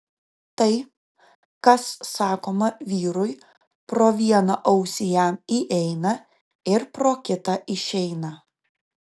tai kas sakoma vyrui pro vieną ausį jam įeina ir pro kitą išeina